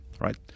right